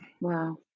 Wow